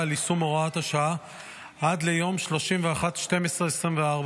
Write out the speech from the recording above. על יישום הוראת השעה עד ליום 31 בדצמבר 2024,